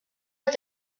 est